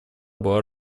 была